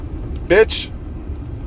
bitch